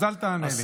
אז אל תענה לי.